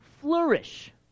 flourish